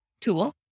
tool